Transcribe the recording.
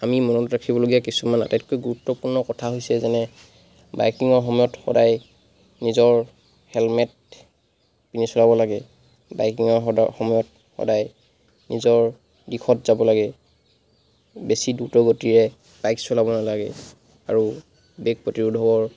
আমি মনত ৰাখিবলগীয়া কিছুমান আটাইতকৈ গুৰুত্বপূৰ্ণ কথা হৈছে যেনে বাইকিঙৰ সময়ত সদায় নিজৰ হেলমেট পিন্ধি চলাব লাগে বাইকিঙৰ সদ সময়ত সদায় নিজৰ দিশত যাব লাগে বেছি দ্ৰুত গতিৰে বাইক চলাব নালাগে আৰু বেগ প্ৰতিৰোধৰ